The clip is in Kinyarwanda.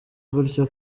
gutyo